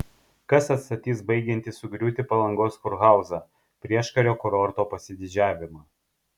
kas atstatys baigiantį sugriūti palangos kurhauzą prieškario kurorto pasididžiavimą